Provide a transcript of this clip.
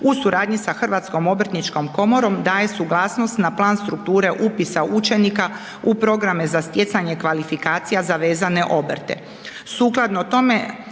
u suradnji sa HOK-om daje suglasnost na plan strukture upisa učenika u programe za stjecanje kvalifikacija za vezane obrte.